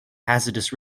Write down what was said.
hazardous